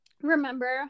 remember